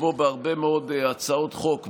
כמו בהרבה מאוד הצעות חוק,